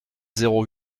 zéro